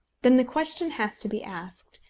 then the question has to be asked,